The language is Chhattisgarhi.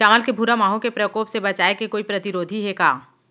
चांवल के भूरा माहो के प्रकोप से बचाये के कोई प्रतिरोधी हे का?